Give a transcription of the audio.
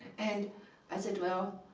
and i said, well,